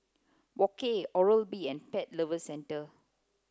Wok Hey Oral B and Pet Lovers Centre